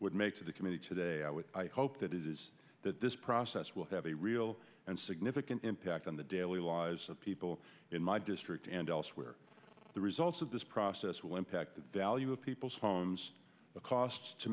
would make to the committee today i would hope that it is that this process will have a real and significant impact on the daily lives of people in my district and elsewhere the results of this process will impact the value of people's homes the costs to